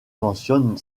mentionne